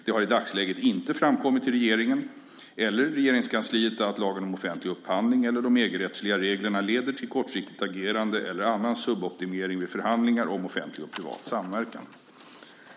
Det har i dagsläget inte framkommit till regeringen eller Regeringskansliet att LOU eller de EG-rättsliga reglerna leder till kortsiktigt agerande eller annan suboptimering vid förhandlingar om offentlig och privat samverkan.